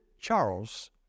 Charles